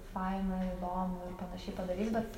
faina įdomu ir panašiai padarys bet